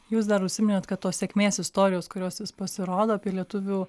jūs dar užsiminėt kad tos sėkmės istorijos kurios vis pasirodo apie lietuvių